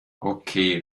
okay